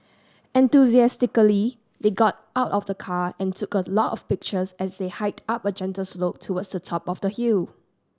enthusiastically they got out of the car and took a lot of pictures as they hiked up a gentle slope towards the top of the hill